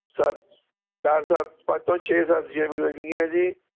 ਚਾਰ ਪੰਜ ਤੋਂ ਛੇ ਸਬਜ਼ੀਆਂ ਮਿਲਣਗੀਆਂ ਜੀ